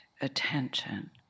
attention